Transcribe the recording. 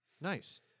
Nice